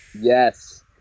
Yes